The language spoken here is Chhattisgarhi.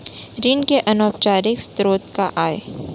ऋण के अनौपचारिक स्रोत का आय?